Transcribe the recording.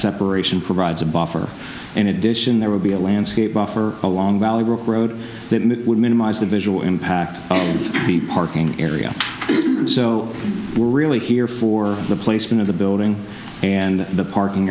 separation provides a buffer in addition there would be a landscape buffer along valley road that would minimize the visual impact the parking area so we're really here for the placement of the building and the parking